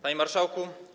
Panie Marszałku!